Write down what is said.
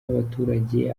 y’abaturage